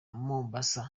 mombasa